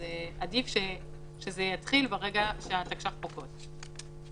אז עדיף שזה יתחיל ברגע שהתקש"ח פוקעות.